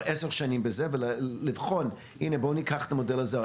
עשר שנים ולבחון האם לקחת את המודל הזה?